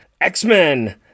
X-Men